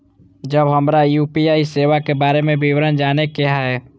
जब हमरा यू.पी.आई सेवा के बारे में विवरण जाने के हाय?